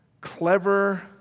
clever